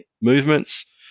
movements